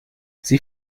sie